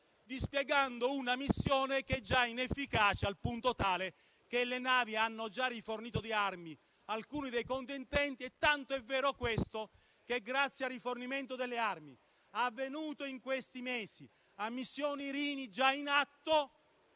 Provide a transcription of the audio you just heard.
dispiegando una missione inefficace al punto tale che le navi hanno già rifornito di armi alcuni dei contendenti. E ciò è tanto vero che, grazie al rifornimento delle armi avvenuto in questi mesi, a missione Irini già in atto,